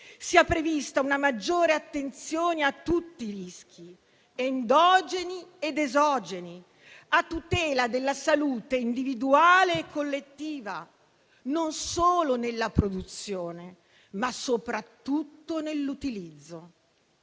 sia prevista una maggiore attenzione a tutti i rischi, endogeni ed esogeni, a tutela della salute individuale e collettiva, non solo nella produzione, ma soprattutto nell'utilizzo.